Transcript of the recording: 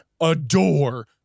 adore